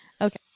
Okay